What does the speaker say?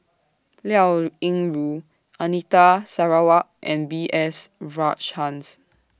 Liao Yingru Anita Sarawak and B S Rajhans